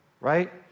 right